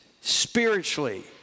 spiritually